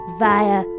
via